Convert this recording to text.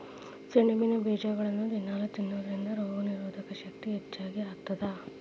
ಸೆಣಬಿನ ಬೇಜಗಳನ್ನ ದಿನಾಲೂ ತಿನ್ನೋದರಿಂದ ರೋಗನಿರೋಧಕ ಶಕ್ತಿ ಹೆಚ್ಚಗಿ ಆಗತ್ತದ